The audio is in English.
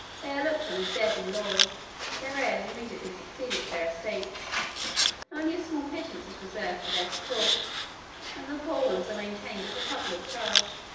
they are looked on as dead in law their heirs immediately succeed to their estates only a small pittance is reserved for their support and the poor ones are maintained at the public charge.